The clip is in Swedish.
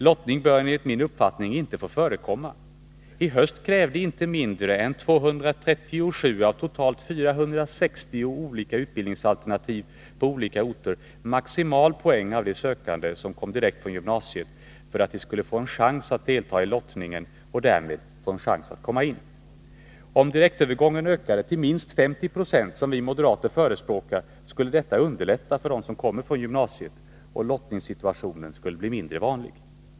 Lottning borde enligt min uppfattning inte få förekomma. I höst krävde inte mindre än 237 av totalt 460 olika utbildningsalternativ på olika orter maximal poäng av de sökande som kom direkt från gymnasiet för att de skulle få en chans att delta i lottningen och därmed få en möjlighet att komma in. Om direktövergången ökade till minst 50 96, som vi moderater förespråkar, skulle detta underlätta för dem som kommer från gymnasiet, och lottningssituationen skulle bli mindre vanlig.